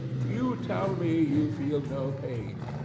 you tell me you feel no pain.